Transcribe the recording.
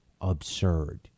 absurd